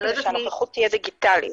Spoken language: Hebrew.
שהנוכחות תהיה דיגיטלית.